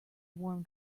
warm